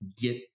get